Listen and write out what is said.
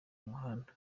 muhanda